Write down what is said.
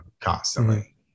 constantly